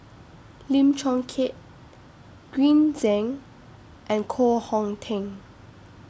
Lim Chong Keat Green Zeng and Koh Hong Teng